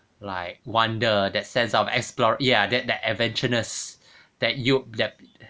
like wonder that sense of explore ya that that adventurous that you get